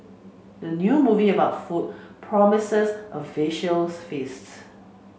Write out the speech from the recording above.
the new movie about food promises a visual feasts